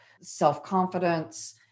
self-confidence